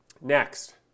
Next